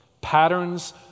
Patterns